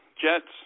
Jets